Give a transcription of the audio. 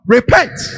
Repent